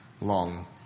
long